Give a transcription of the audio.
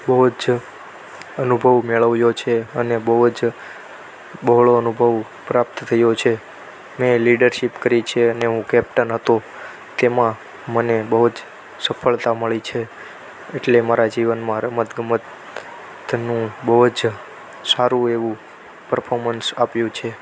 બહુ જ અનુભવ મેળવ્યો છે અને બહુ જ બહોળો અનુભવ પ્રાપ્ત થયો છે મેં લીડરશિપ કરી છે અને હું કેપ્ટન હતો જેમાં મને બહુ જ સફળતા મળી છે એટલે મારા જીવનમાં રમત ગમતનું બહુ જ સારું એવું પરફોર્મન્સ આપ્યું છે